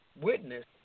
witness